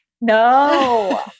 no